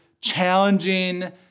challenging